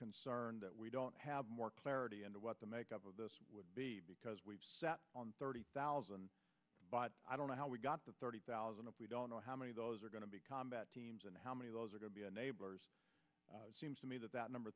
concerned that we don't have more clarity and what the makeup of this would be because we've thirty thousand but i don't know how we got to thirty thousand if we don't know how many of those are going to be combat teams and how many of those are going to be enablers seems to me that that number